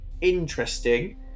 interesting